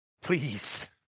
Please